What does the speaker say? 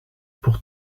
pour